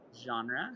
genre